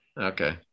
Okay